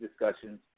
discussions